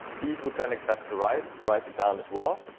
these would then accept the write, write it down as well.